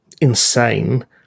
insane